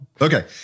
Okay